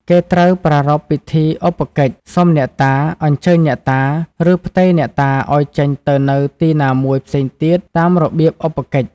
គេត្រូវប្រារព្ធពិធីឧបកិច្ច សុំអ្នកតា អញ្ជើញអ្នកតា ឬផ្ទេរអ្នកតាឱ្យចេញទៅនៅទីណាមួយផ្សេងទៀតតាមរបៀបឧបកិច្ច។